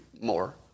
more